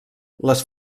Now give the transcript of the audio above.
les